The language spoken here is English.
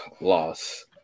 loss